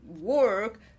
work